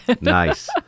Nice